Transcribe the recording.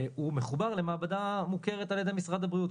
הוא מחובר למעבדה מוכרת על ידי משרד הבריאות,